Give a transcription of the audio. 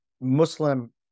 Muslim